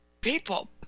people